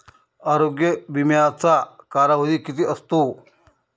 आरोग्य विम्याचा कालावधी किती असतो?